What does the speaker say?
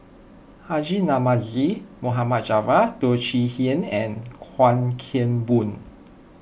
Haji Namazie Mohd Javad Teo Chee Hean and Chuan Keng Boon